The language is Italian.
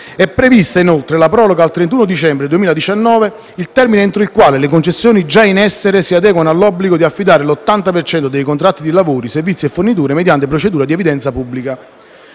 È prevista poi la proroga al 31 dicembre 2019 del termine entro il quale le concessioni già in essere si adeguano all'obbligo di affidare l'80 per cento dei contratti di lavori, servizi e forniture mediante procedura ad evidenza pubblica.